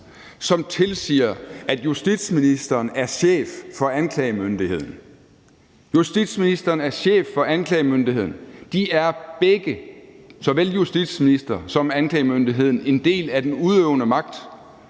som tilsiger, at justitsministeren er chef for anklagemyndigheden. Justitsministeren er chef for anklagemyndigheden. De er begge, såvel justitsminister som anklagemyndighed, en del af den udøvende magt.